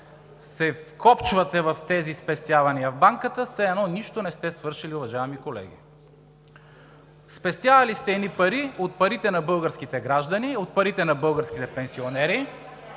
се вкопчвате в тези спестявания в банката, все едно нищо не сте свършили, уважаеми колеги. Спестявали сте едни пари от парите на българските граждани, от парите на българските пенсионери,